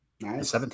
Nice